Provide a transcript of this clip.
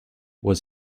was